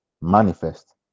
manifest